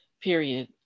period